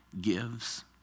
gives